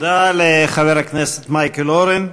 תודה לחבר הכנסת מייקל אורן.